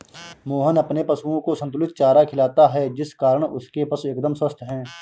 मोहन अपने पशुओं को संतुलित चारा खिलाता है जिस कारण उसके पशु एकदम स्वस्थ हैं